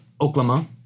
Oklahoma